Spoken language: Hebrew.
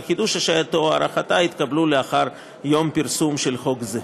חידוש השעייתו או הארכתה התקבלו לאחר יום פרסומו של חוק זה.